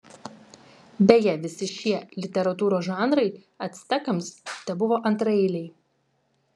beje visi šie literatūros žanrai actekams tebuvo antraeiliai